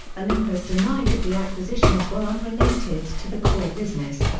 olympus denied that the acquisitions were unrelated to the core business.